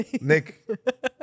Nick